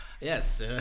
Yes